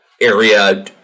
area